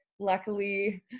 Luckily